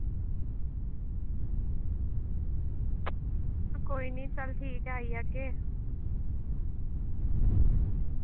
ते कोई निं चल ठीक ऐ आई जाह्गे